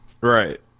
right